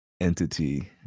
entity